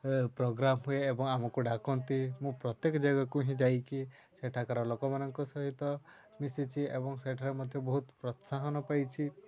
programme ହୁଏ ଏବଂ ଆମକୁ ଡାକନ୍ତି ମୁଁ ପ୍ରତ୍ୟେକ ଜାଗାକୁ ହିଁ ଯାଇକି ସେଠାକାର ଲୋକମାନଙ୍କ ସହିତ ମିଶିଛି ଏବଂ ସେଠାରେ ମଧ୍ୟ ବହୁତ ପ୍ରୋତ୍ସାହନ ପାଇଛି